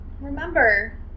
Remember